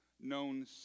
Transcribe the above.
known